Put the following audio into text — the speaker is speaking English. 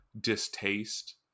distaste